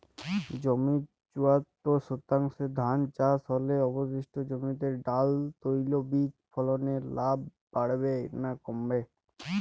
জমির চুয়াত্তর শতাংশে ধান চাষ হলে অবশিষ্ট জমিতে ডাল তৈল বীজ ফলনে লাভ বাড়বে না কমবে?